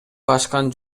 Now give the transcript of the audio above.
ашкан